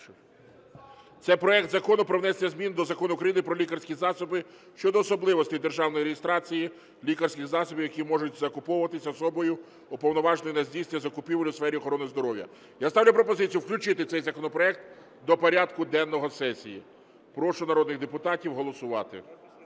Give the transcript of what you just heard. це проект Закону про внесення змін до Закону України "Про лікарські засоби" щодо особливостей державної реєстрації лікарських засобів, які можуть закуповуватися особою, уповноваженою на здійснення закупівель у сфері охорони здоров’я. Я ставлю пропозицію включити цей законопроект до порядку денного сесії. Прошу народних депутатів голосувати.